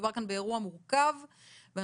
מדובר כאן באירוע מורכב ואנשים,